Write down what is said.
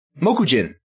Mokujin